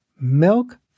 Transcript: Milk